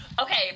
Okay